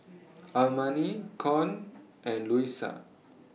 Armani Con and Luisa